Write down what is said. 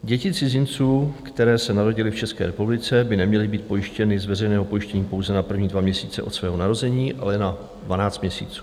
Děti cizinců, které narodily v České republice, by neměly být pojištěny z veřejného pojištění pouze na první dva měsíce od svého narození, ale na 12 měsíců.